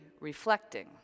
reflecting